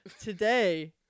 today